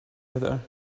editor